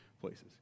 places